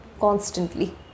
constantly